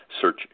Search